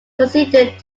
considered